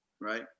right